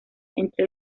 entre